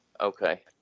Okay